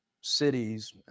cities